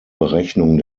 berechnung